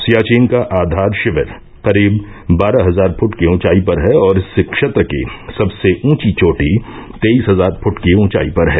सियाचिन का आधार शिविर करीब बारह हजार फुट की ऊंचाई पर है और इस क्षेत्र की सबसे ऊंची चोटी तेईस हजार फुट की ऊंचाई पर है